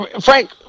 frank